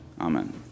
Amen